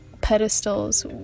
pedestals